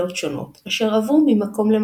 שהגיעו בבת אחת למקום אחר,